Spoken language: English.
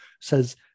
says